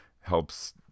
helps